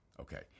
Okay